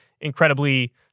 incredibly